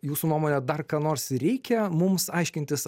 jūsų nuomone dar ką nors reikia mums aiškintis